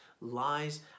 lies